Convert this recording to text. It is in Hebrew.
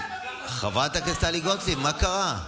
מה קרה?